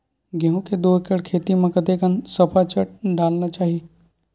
गेहूं के दू एकड़ खेती म कतेकन सफाचट डालना चाहि?